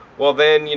well then, you